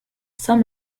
saint